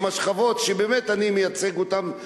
עם השכבות שבאמת אני מייצג אותן,